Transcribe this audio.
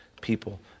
people